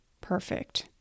perfect